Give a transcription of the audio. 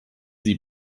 sie